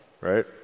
right